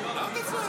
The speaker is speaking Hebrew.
למה אתה צועק?